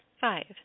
Five